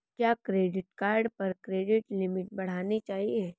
क्या credit card पर credit limit बढ़ानी चाहिए?